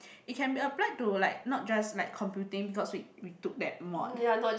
it can be applied to like not just like computing because we we took that mod